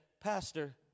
Pastor